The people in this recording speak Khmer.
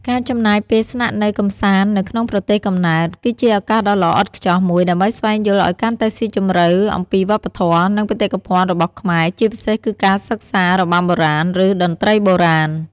ការចំណាយពេលស្នាក់នៅកម្សាន្ត នៅក្នុងប្រទេសកំណើត គឺជាឱកាសដ៏ល្អឥតខ្ចោះមួយដើម្បីស្វែងយល់ឱ្យកាន់តែស៊ីជម្រៅអំពីវប្បធម៌ និងបេតិកភណ្ឌរបស់ខ្មែរ ជាពិសេសគឺការសិក្សា របាំបុរាណ ឬ តន្ត្រីបុរាណ។